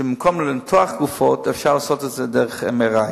שבמקום לנתח גופות אפשר לעשות את זה ב-MRI.